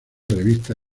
revista